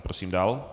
Prosím dále.